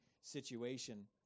situation